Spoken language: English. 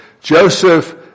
Joseph